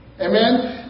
Amen